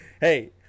Hey